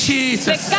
Jesus